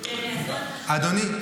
אדוני,